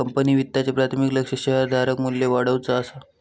company वित्ताचे प्राथमिक लक्ष्य शेअरधारक मू्ल्य वाढवुचा असा